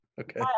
Okay